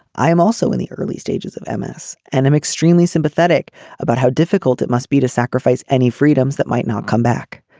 i am also in the early stages of m s. and i'm extremely sympathetic about how difficult it must be to sacrifice any freedoms that might not come back.